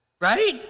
right